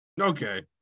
Okay